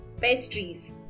pastries